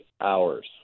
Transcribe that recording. hours